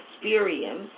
experience